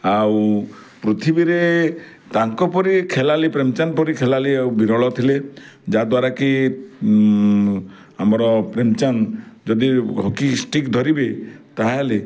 ଆଉ ପୃଥିବୀରେ ତାଙ୍କ ପରି ଖେଳାଳି ପ୍ରେମଚାନ୍ଦ ପରି ଖେଳାଳି ଆଉ ବିରଳ ଥିଲେ ଯାହାଦ୍ୱାରା କି ଆମର ପ୍ରେମଚାନ୍ଦ ଯଦି ହକି ଷ୍ଟିକ୍ ଧରିବେ ତାହେଲେ